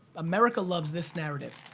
america loves this narrative.